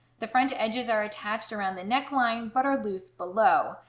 the front edges are attached around the neckline but are loose below.